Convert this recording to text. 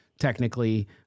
technically